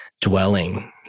dwelling